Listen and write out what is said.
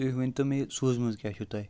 تُہۍ ؤنۍتو مےٚ یہِ سوٗزمٕژ کیٛاہ چھُو تۄہہِ